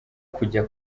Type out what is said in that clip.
kujya